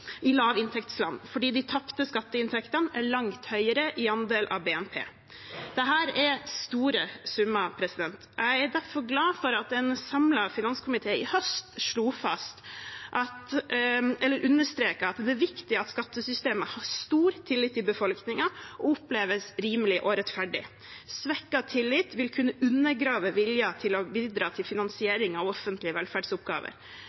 fordi de tapte skatteinntektene er langt høyere i andel av BNP. Dette er store summer. Jeg er derfor glad for at en samlet finanskomité i høst understreket at «det er viktig at skattesystemet har stor tillit i befolkningen og oppleves rimelig og rettferdig. Svekket tillit vil kunne undergrave viljen til å bidra til